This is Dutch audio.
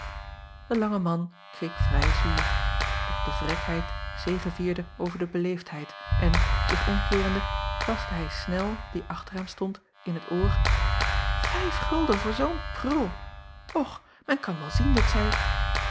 e lange man keek vrij zuur doch de vrekheid zegevierde over de beleefdheid en zich omkeerende kraste hij nel die achter hem stond in t oor ijf gulden voor zoo n prul och men kan wel zien dat zij